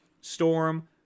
Storm